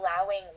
allowing